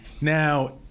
Now